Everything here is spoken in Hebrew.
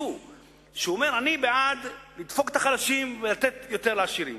שהוא אומר: אני בעד לדפוק את החלשים ולתת יותר לעשירים.